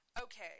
Okay